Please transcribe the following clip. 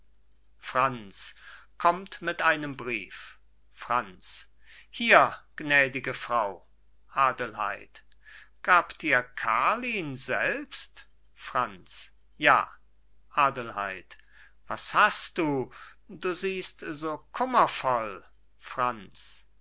franz hier gnädige frau adelheid gab dir karl ihn selbst franz ja adelheid was hast du du siehst so kummervoll franz